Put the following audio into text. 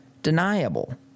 deniable